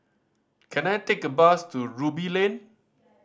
can I take a bus to Ruby Lane